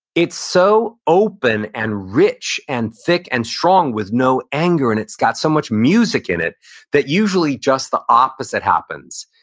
it's so open and rich and thick and strong with no anger, and it's got so much music in it that usually just the opposite happens.